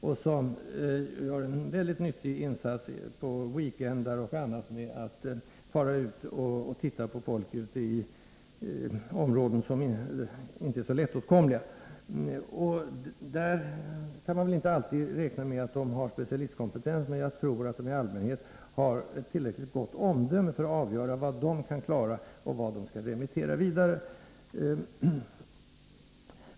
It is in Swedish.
De gör en mycket nyttig insats vid t.ex. veckoslut genom att fara ut och titta på folk i områden som inte är så lättåtkomliga. Man kan väl inte alltid räkna med att de har specialistkompetens, men jag tror att de i allmänhet har tillräckligt gott omdöme för att avgöra vad de kan klara och vad de skall remittera vidare.